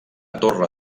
torre